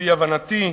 על-פי הבנתי,